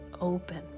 open